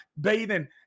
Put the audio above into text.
bathing